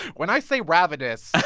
when i say ravenous.